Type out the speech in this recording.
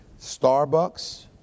Starbucks